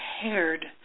prepared